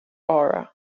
aura